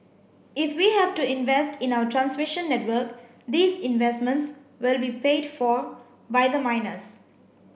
if we have to invest in our transmission network these investments will be paid for by the miners